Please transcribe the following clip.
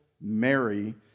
Mary